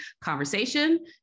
conversation